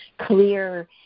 clear